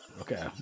Okay